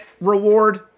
reward